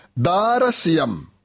Darasiam